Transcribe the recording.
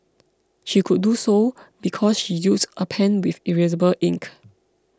she could do so because she used a pen with erasable ink